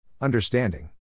Understanding